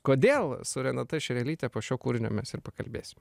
kodėl su renata šerelyte po šio kūrinio mes ir pakalbėsim